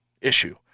issue